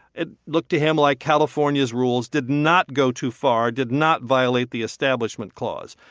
it looked to him like california's rules did not go too far, did not violate the establishment clause.